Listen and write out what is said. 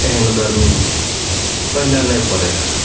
एहन गरमी पहिले नहि पड़ै रहै